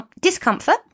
discomfort